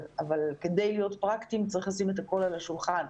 אבל כדי להיות פרקטיים צריך לשים את הכול על השולחן: